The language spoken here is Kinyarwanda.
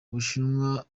bushinwa